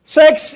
sex